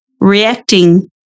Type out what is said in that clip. reacting